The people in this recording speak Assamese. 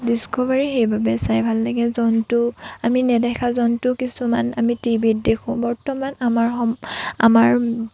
ডিষ্কভাৰী সেইবাবে চাই ভাল লাগে জন্তু আমি নেদেখা জন্তু কিছুমান আমি টিভিত দেখোঁ বৰ্তমান আমাৰ আমাৰ